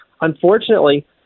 unfortunately